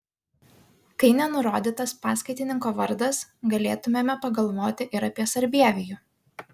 kai nenurodytas paskaitininko vardas galėtumėme pagalvoti ir apie sarbievijų